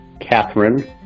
Catherine